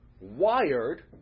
wired